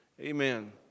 amen